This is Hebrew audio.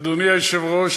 אדוני היושב-ראש,